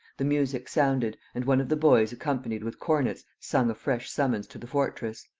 the music sounded, and one of the boys accompanied with cornets sung a fresh summons to the fortress.